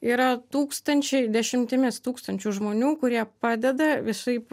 yra tūkstančiai dešimtimis tūkstančių žmonių kurie padeda visaip